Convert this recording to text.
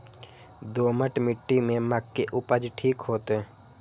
दोमट मिट्टी में मक्के उपज ठीक होते?